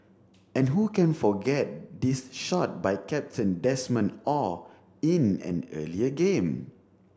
and who can forget this shot by captain Desmond Oh in an earlier game